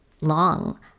long